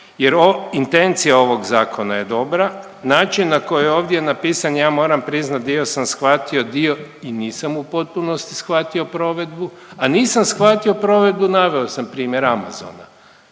jer intencija ovog zakona je dobra. Način na koji je ovdje napisan ja moram priznat, dio sam shvatio, dio i nisam u potpunosti shvatio provedbu, a nisam shvatio provedbu, naveo sam primjer Amazona.